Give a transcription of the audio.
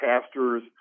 pastors